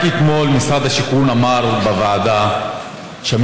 רק אתמול משרד השיכון אמר בוועדה שהמגרשים,